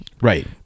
Right